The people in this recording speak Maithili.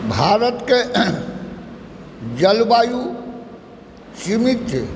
भारतके जलवायु सीमित छै